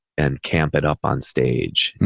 and camp it up on stage,